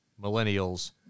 millennials